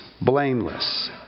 blameless